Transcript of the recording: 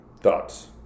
Thoughts